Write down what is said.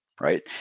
Right